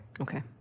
Okay